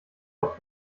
auf